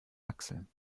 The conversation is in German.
achseln